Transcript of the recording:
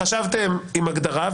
חשבתם על הגדרה,